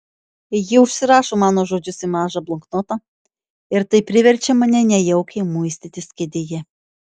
ji užsirašo mano žodžius į mažą bloknotą ir tai priverčia mane nejaukiai muistytis kėdėje